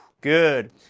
Good